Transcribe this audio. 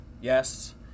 Yes